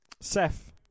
Seth